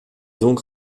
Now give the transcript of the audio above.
donc